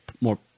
more